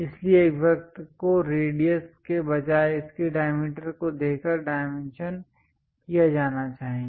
इसलिए एक वृत्त को रेडियस के बजाय इसके डायमीटर को देकर डायमेंशन किया जाना चाहिए